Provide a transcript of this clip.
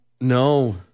No